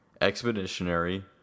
Expeditionary